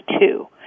two